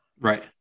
Right